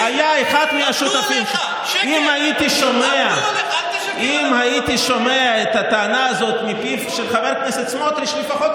הוא הטיח בפנינו איך העזנו ואיך